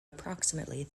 approximately